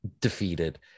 defeated